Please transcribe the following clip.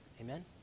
Amen